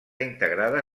integrada